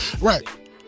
Right